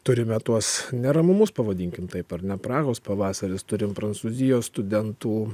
turime tuos neramumus pavadinkim taip ar ne prahos pavasaris turim prancūzijos studentų